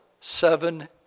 seven